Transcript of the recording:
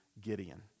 Gideon